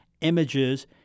images